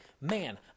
Man